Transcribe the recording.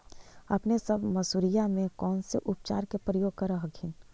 अपने सब मसुरिया मे कौन से उपचार के प्रयोग कर हखिन?